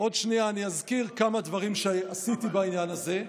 בעוד שנייה אני אזכיר כמה דברים שעשיתי בעניין הזה.